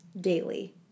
daily